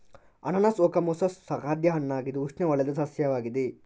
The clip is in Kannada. ಅನಾನಸ್ ಓಕಮೊಸಸ್ ಖಾದ್ಯ ಹಣ್ಣಾಗಿದ್ದು ಉಷ್ಣವಲಯದ ಸಸ್ಯವಾಗಿದೆ